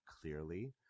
clearly